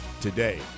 today